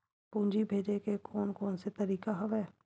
पूंजी भेजे के कोन कोन से तरीका हवय?